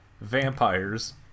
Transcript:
Vampires